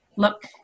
look